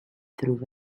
through